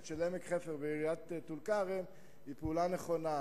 של עמק-חפר ועיריית טול-כרם היא פעולה נכונה,